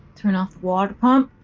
turn off water pump.